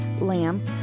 lamb